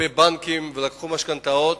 כלפי בנקים ולקחו משכנתאות,